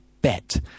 bet